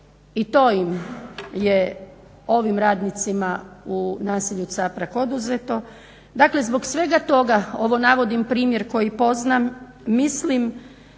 i to im je, ovim radnicima u naselju Caprag oduzeto. Dakle, zbog svega toga, ovo navodim primjer koji poznam, mislim